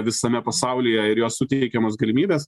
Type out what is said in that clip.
visame pasaulyje ir jo suteikiamos galimybės